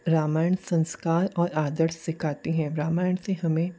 रामायण संस्कार और आदर्श सिखाते हैं रामायण से हमें